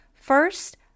First